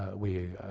ah we,